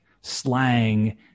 slang